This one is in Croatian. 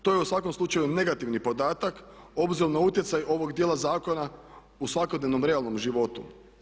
To je u svakom slučaju negativni podatak obzirom na utjecaj ovog dijela zakona u svakodnevnom realnom životu.